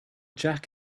jack